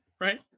right